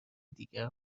دیگر